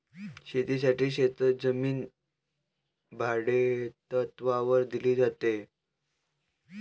शेतीसाठी शेतजमीन भाडेतत्त्वावर दिली जाते